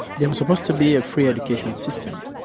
there was supposed to be a free education system,